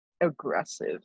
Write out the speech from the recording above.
aggressive